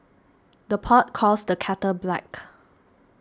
the pot calls the kettle black